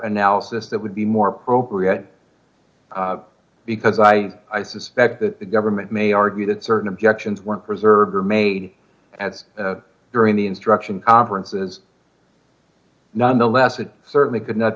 analysis that would be more appropriate because i suspect the government may argue that certain objections were preserved or made as during the instruction conferences nonetheless it certainly could not